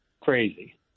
crazy